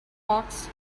box